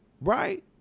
right